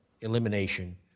elimination